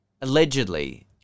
allegedly